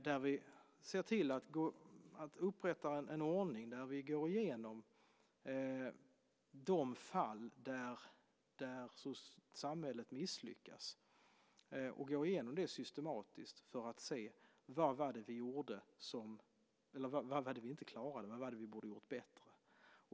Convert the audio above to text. Där ser vi till att upprätta en ordning där vi går igenom de fall där samhället misslyckats. Vi går igenom dem systematiskt för att se vad vi inte klarade och vad vi borde ha gjort bättre.